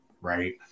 right